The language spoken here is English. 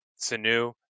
Sanu